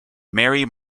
mary